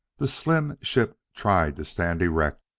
the slim ship tried to stand erect.